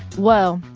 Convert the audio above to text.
well,